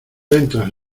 entras